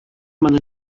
meine